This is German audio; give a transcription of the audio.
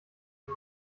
von